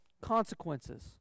consequences